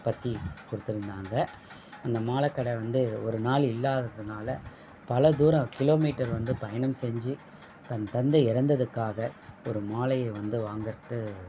பற்றி கொடுத்திருந்தாங்க அந்த மாலைக் கடை வந்து ஒரு நாள் இல்லாததுனால் பல தூரம் கிலோமீட்டர் வந்து பயணம் செஞ்சு தன் தந்தை இறந்ததுக்காக ஒரு மாலையை வந்து வாங்குகிறது